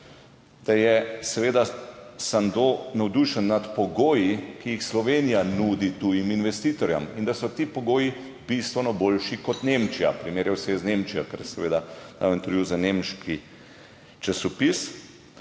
da je seveda Sando navdušen nad pogoji, ki jih Slovenija nudi tujim investitorjem in da so ti pogoji bistveno boljši kot Nemčija. Primerjal se je z Nemčijo, ker je seveda dal intervju za nemški časopis.